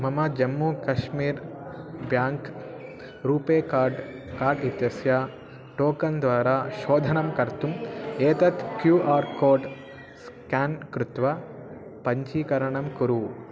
मम Jammu Kashmir bank RuPay card काट् इत्यस्य टोकन् द्वारा शोधनं कर्तुम् एतत् क्यू आर् कोड् स्केन् कृत्वा पञ्चीकरणं कुरु